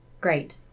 Great